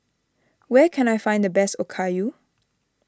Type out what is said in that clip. where can I find the best Okayu